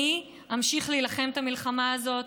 אני אמשיך להילחם את המלחמה הזאת,